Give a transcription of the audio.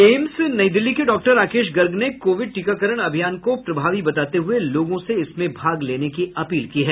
AIIMS Nai Delhi के doctor Rakesh Garg ने covid टीकाकरण अभियान को प्रभावी बताते हुए लोगों से इसमें भाग लेने की अपील की है